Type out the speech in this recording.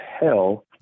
hell